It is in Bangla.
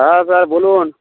হ্যাঁ স্যার বলুন